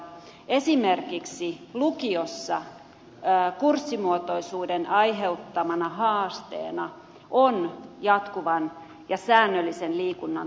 esimerkiksi lukiossa kurssimuotoisuuden aiheuttamana haasteena on jatkuvan ja säännöllisen liikunnan turvaaminen